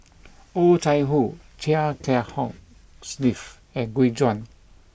Oh Chai Hoo Chia Kiah Hong Steve and Gu Juan